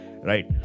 Right